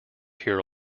here